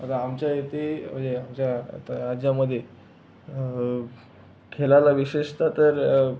आता आमच्या येथे म्हणजे आमच्या तर राज्यामधे खेळाला विशेषत तर